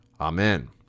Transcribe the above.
amen